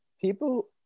People